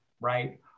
right